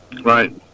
Right